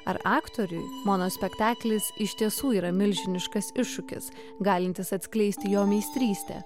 ar aktoriui monospektaklis iš tiesų yra milžiniškas iššūkis galintis atskleisti jo meistrystę